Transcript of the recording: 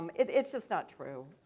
um it's just not true.